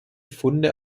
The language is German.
funde